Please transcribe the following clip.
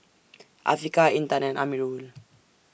Afiqah Intan and Amirul